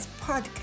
podcast